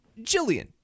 Jillian